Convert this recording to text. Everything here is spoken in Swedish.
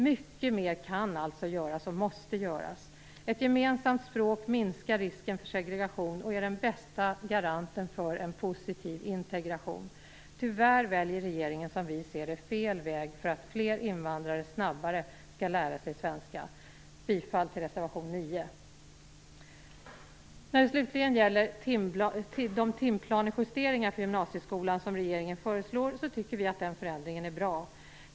Mycket mer kan alltså göras - och måste göras! Ett gemensamt språk minskar risken för segregation och är den bästa garantin för en positiv integration. Tyvärr väljer regeringen som vi ser det fel väg för att fler invandrare snabbare skall lära sig svenska. Jag yrkar bifall till reservation 9. När det slutligen gäller de timplansjusteringar för gymnasieskolan som regeringen föreslår, så tycker vi att det är en bra förändring.